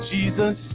Jesus